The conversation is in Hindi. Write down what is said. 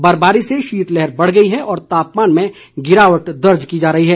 बर्फबारी से शीतलहर बढ़ गई है और तापमान में गिरावट दर्ज की जा रही है